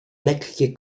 lekkie